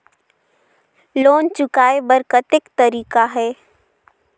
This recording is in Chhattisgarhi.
लोन चुकाय कर कतेक तरीका है?